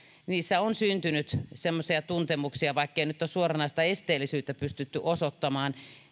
on syntynyt semmoisia tuntemuksia vaikkei nyt ole suoranaista esteellisyyttä pystytty osoittamaan